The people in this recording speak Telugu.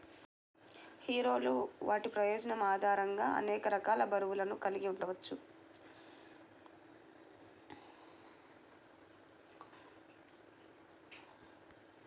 హీరోలు వాటి ప్రయోజనం ఆధారంగా అనేక రకాలు మరియు బరువులు కలిగి ఉండవచ్చు